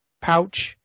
pouch